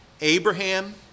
Abraham